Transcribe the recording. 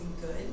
good